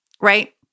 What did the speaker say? right